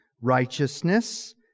righteousness